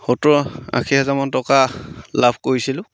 সত্তৰ আশী হাজাৰমান টকা লাভ কৰিছিলোঁ